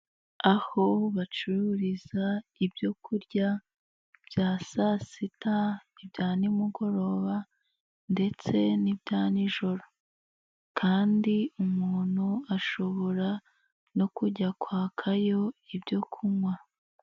Aho bacururiza ibyo kurya bya saa sita, ibya nimugoroba ndetse n'ibya nijoro kandi umuntu ashobora no kujya kwakayo ibyo kunywa.